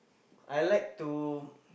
I like to